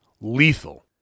lethal